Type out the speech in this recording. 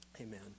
amen